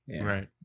Right